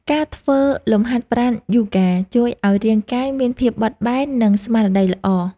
ការធ្វើលំហាត់ប្រាណយូហ្គា ជួយឱ្យរាងកាយមានភាពបត់បែន និងស្មារតីល្អ។